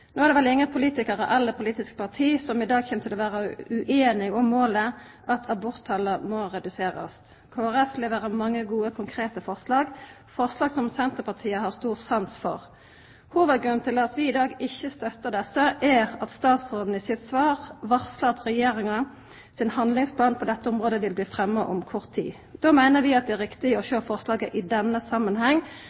No er det vel ingen politikarar eller politiske parti som i dag kjem til å vera ueinige om målet, at aborttala må reduserast. Kristeleg Folkeparti leverer mange gode konkrete forslag, forslag som Senterpartiet har stor sans for. Hovudgrunnen til at vi i dag ikkje støttar desse, er at statsråden i sitt svar varslar at Regjeringa sin handlingsplan på dette området vil bli fremja om kort tid. Då meiner vi at det er riktig å sjå forslaga i denne